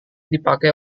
dipakai